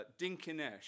Dinkinesh